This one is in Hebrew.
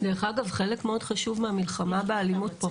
דרך אגב, חלק מאוד חשוב מהמלחמה באלימות זה